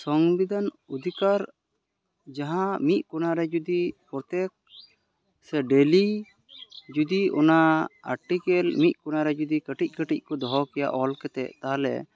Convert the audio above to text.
ᱥᱚᱝᱵᱤᱫᱷᱟᱱ ᱚᱫᱷᱤᱠᱟᱨ ᱡᱟᱦᱟᱸ ᱢᱤᱫ ᱠᱚᱱᱟ ᱨᱮ ᱡᱩᱫᱤ ᱯᱨᱚᱛᱮᱠ ᱥᱮ ᱰᱮᱹᱞᱤ ᱡᱩᱫᱤ ᱚᱱᱟ ᱟᱨᱴᱤᱠᱮᱞ ᱢᱤᱫ ᱠᱚᱱᱟᱨᱮ ᱡᱩᱫᱤ ᱠᱟᱹᱴᱤᱡ ᱠᱟᱹᱴᱤᱡ ᱠᱚ ᱫᱚᱦᱚ ᱠᱮᱭᱟ ᱚᱞ ᱠᱟᱛᱮᱫ ᱛᱟᱦᱚᱞᱮ